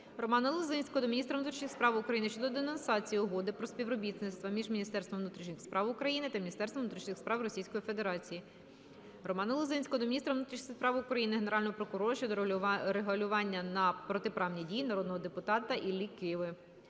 Романа Лозинського до міністра внутрішніх справ України щодо денонсації Угоди про співробітництво між Міністерством внутрішніх справ України та Міністерством внутрішніх справ Російської Федерації. Романа Лозинського до міністра внутрішніх справ України, Генерального прокурора щодо реагування на протиправні дії народного депутата Іллі Киви.